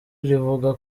rivuga